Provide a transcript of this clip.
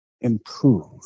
improve